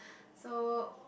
so